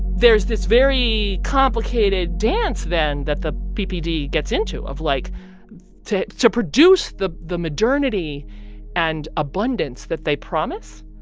there's this very complicated dance then that the ppd gets into of, like to to produce the the modernity and abundance that they promise,